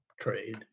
trade